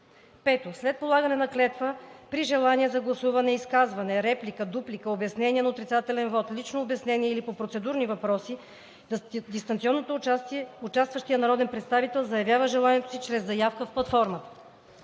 5. След полагане на клетва при желание за гласуване – изказване, реплика, дуплика, обяснение на отрицателен вот, лично обяснение или по процедурни въпроси, в дистанционното участие участващият народен представител заявява желанието си чрез заявка в платформата.